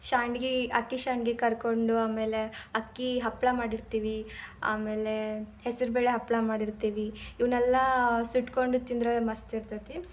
ಶಾಂಡ್ಗೆ ಅಕ್ಕಿ ಸಂಡ್ಗಿ ಕರ್ಕೊಂಡು ಆಮೇಲೆ ಅಕ್ಕಿ ಹಪ್ಪಳ ಮಾಡಿರ್ತೀವಿ ಆಮೇಲೆ ಹೆಸ್ರು ಬೇಳೆ ಹಪ್ಪಳ ಮಾಡಿರ್ತೀವಿ ಇವನ್ನೆಲ್ಲ ಸುಟ್ಟುಕೊಂಡು ತಿಂದರೆ ಮಸ್ತ್ ಇರ್ತೈತಿ